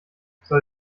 soll